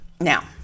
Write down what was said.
Now